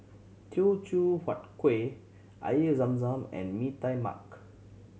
Teochew Huat Kueh Air Zam Zam and Mee Tai Mak